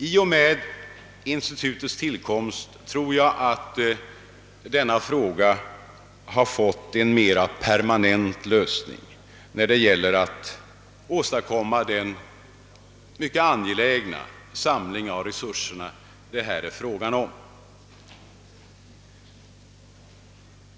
I och med institutets tillkomst tror jag att denna fråga fått en mer permanent lösning när det gäller att åstadkomma den angelägna samling av resurserna det här är fråga om.